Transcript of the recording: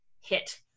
hit